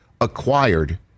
acquired